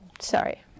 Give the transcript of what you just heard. Sorry